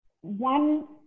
one